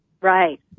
Right